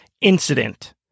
incident